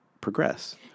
progress